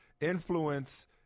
Influence